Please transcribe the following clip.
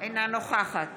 אינה נוכחת